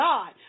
God